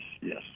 yes